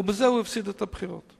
ובזה הוא הפסיד את הבחירות.